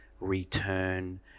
return